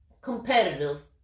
competitive